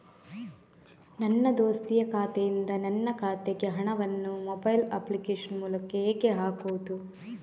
ನನ್ನ ದೋಸ್ತಿಯ ಖಾತೆಯಿಂದ ನನ್ನ ಖಾತೆಗೆ ಹಣವನ್ನು ಮೊಬೈಲ್ ಅಪ್ಲಿಕೇಶನ್ ಮೂಲಕ ಹೇಗೆ ಹಾಕುವುದು?